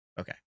Okay